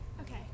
Okay